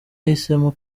yahisemo